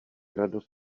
radost